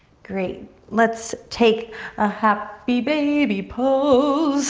great. let's take a happy baby pose